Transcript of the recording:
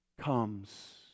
comes